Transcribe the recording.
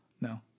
No